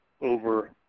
over